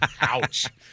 ouch